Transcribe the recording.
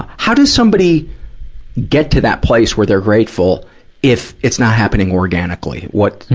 how does somebody get to that place where they're grateful if it's not happening organically? what,